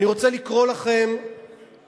אני רוצה לקרוא לכם הודעה